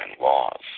laws